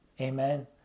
Amen